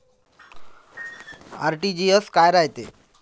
RTGS काय रायते?